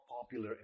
popular